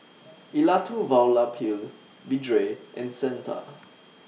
Elattuvalapil Vedre and Santha